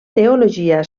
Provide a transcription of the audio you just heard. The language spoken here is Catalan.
teologia